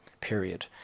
period